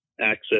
access